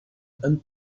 and